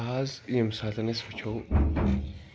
آز ییٚمہِ ساتہٕ أسۍ وٕچھو